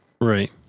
Right